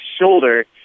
shoulder